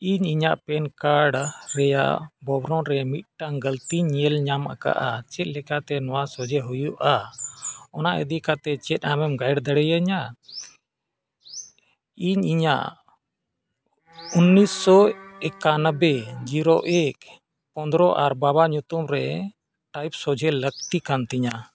ᱤᱧ ᱤᱧᱟᱹᱜ pen card ᱨᱮᱭᱟᱜ ᱵᱚᱨᱱᱚᱱ ᱨᱮ ᱢᱤᱫᱴᱟᱱ ᱜᱟᱹᱞᱛᱤ ᱧᱮᱞ ᱧᱟᱢ ᱟᱠᱟᱫᱼᱟ ᱪᱮᱫ ᱞᱮᱠᱟᱛᱮ ᱱᱚᱣᱟ ᱥᱚᱡᱷᱮ ᱦᱩᱭᱩᱜᱼᱟ ᱚᱱᱟ ᱤᱫᱤ ᱠᱟᱛᱮᱫ ᱪᱮᱫ ᱟᱢᱮᱢ ᱜᱟᱭᱤᱰ ᱫᱟᱲᱮᱭᱤᱧᱟᱹ ᱤᱧ ᱤᱧᱟᱹᱜ ᱩᱱᱤᱥᱥᱚ ᱮᱠᱟᱱᱚᱵᱵᱳᱭ ᱡᱤᱨᱳ ᱮᱠ ᱯᱚᱸᱫᱽᱨᱚ ᱟᱨ ᱵᱟᱵᱟ ᱧᱩᱛᱩᱢ ᱨᱮ ᱴᱟᱭᱤᱯ ᱥᱚᱡᱷᱮ ᱞᱟᱹᱠᱛᱤ ᱠᱟᱱ ᱛᱤᱧᱟᱹ